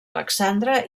alexandre